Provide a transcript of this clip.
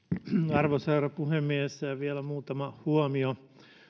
arvoisa herra puhemies vielä muutama huomio